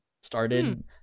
started